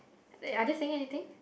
uh are they saying anything